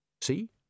See